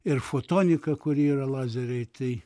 ir fotonika kurie yra lazeriai tai